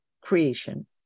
creation